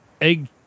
egg